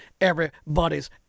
everybody's